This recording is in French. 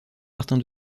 martin